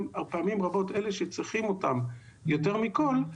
פעמים רבות הם אלה שצריכים אותן יותר מכל,